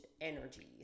energies